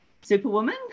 superwoman